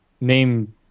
name